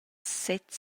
sez